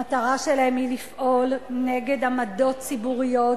המטרה שלהם היא לפעול נגד עמדות ציבוריות